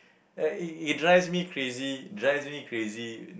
uh it drives me crazy drives me crazy